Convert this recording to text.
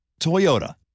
Toyota